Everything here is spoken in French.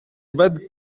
bad